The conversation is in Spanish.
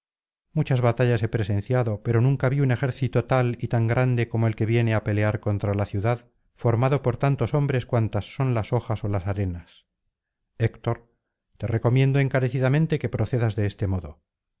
muchas batallas he presenciado pero nunca vi un ejército tal y tan grande como el que viene á pelear contra la ciudad formado por tantos hombres cuantas son las hojas ó las arenas héctor te recomiendo encarecidamente que procedas de este modo